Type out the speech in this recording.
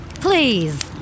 please